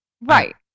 Right